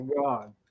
God